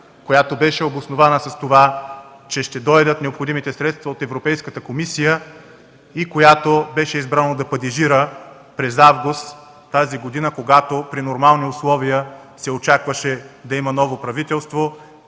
която беше обоснована с това, че ще дойдат необходимите средства от Европейската комисия и която беше избрана да падежира през август тази година, когато при нормални условия се очакваше да има ново правителство,